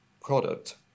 product